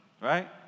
right